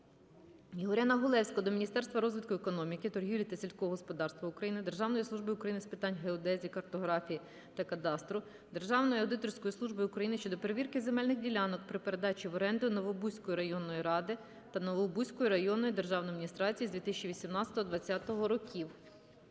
Ігоря Негулевського до Міністерства розвитку економіки, торгівлі та сільського господарства України, Державної служби України з питань геодезії, картографії та кадастру, Державної аудиторської служби України щодо перевірки земельних ділянок при передачі в оренду Новобузької районної ради та Новобузької районної державної адміністрації з 2018-2020 рр.